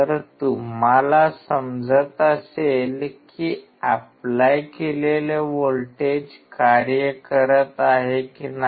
तर तुम्हाला समजत असेल की ऎप्लाय केलेले व्होल्टेज कार्य करत आहे की नाही